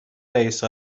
رئیس